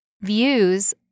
views